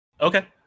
Okay